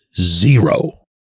Zero